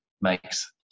makes